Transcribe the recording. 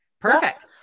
Perfect